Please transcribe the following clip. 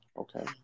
Okay